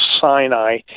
Sinai